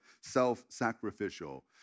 self-sacrificial